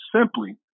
simply